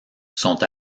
sont